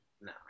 No